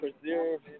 preserve